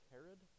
Herod